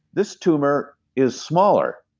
this tumor is smaller.